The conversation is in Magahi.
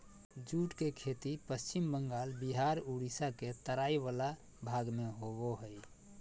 जूट के खेती पश्चिम बंगाल बिहार उड़ीसा के तराई वला भाग में होबो हइ